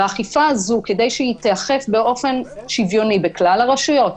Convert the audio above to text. כדי שהאכיפה הזאת תיאכף באופן שוויוני בכלל הרשויות,